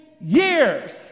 years